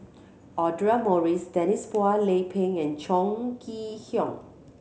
Audra Morrice Denise Phua Lay Peng and Chong Kee Hiong